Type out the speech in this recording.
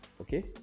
okay